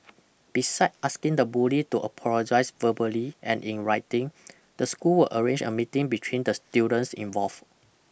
besides asking the bully to apologize verbally and in writing the school arrange a meeting between the students involve